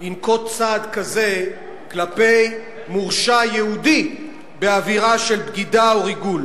ינקוט צעד כזה כלפי מורשע יהודי בעבירה של בגידה או ריגול.